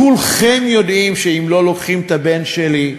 כולכם יודעים שלא לוקחים את הבן שלי,